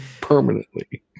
Permanently